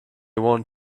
want